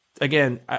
Again